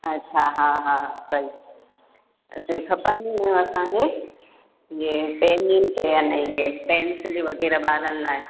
अच्छा हा हा सही हिते खपंदी हुयूं असांखे इहे पेनुनि ते अने इहे पेनसिलूं वग़ैरह ॿारनि लाइ